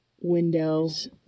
windows